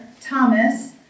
Thomas